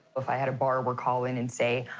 if i had a borrower call in and say,